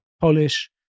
Polish